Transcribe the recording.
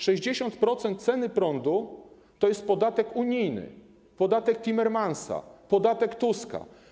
60% ceny prądu to jest podatek unijny, podatek Timmermansa, podatek Tuska.